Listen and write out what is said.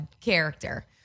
character